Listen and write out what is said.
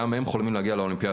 גם הם חולמים להגיע לאולימפיאדה.